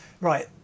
Right